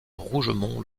rougemont